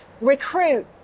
recruit